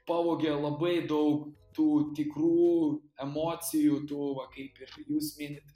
pavogė labai daug tų tikrų emocijų tų va kaip ir jūs minit